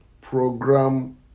program